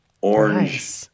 orange